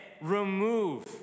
remove